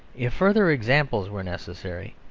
if further examples were necessary,